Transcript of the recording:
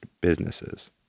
businesses